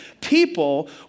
people